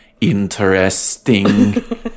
interesting